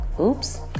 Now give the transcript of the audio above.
oops